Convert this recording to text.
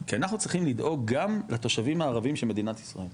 כי אנחנו צריכים לדאוג גם לתושבים הערבים של מדינת ישראל,